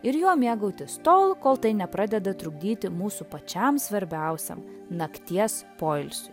ir juo mėgautis tol kol tai nepradeda trukdyti mūsų pačiam svarbiausiam nakties poilsiui